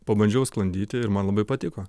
pabandžiau sklandyti ir man labai patiko